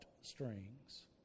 strings